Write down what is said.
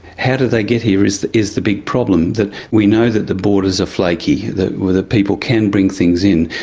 how did they get here is the is the big problem, that we know that the borders are flaky, that ah people can bring things in.